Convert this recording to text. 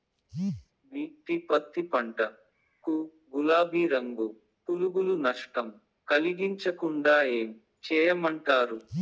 BT పత్తి పంట కు, గులాబీ రంగు పులుగులు నష్టం కలిగించకుండా ఏం చేయమంటారు?